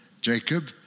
Jacob